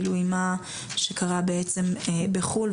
עם מה שקרה בעצם בחו"ל,